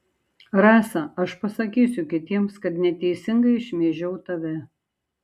rasa aš pasakysiu kitiems kad neteisingai šmeižiau tave